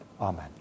Amen